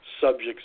Subjects